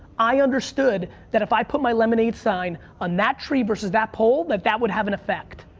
i understood that if i put my lemonade sign on that tree versus that pole, that that would have an effect,